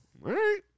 Right